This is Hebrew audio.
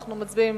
אנחנו מצביעים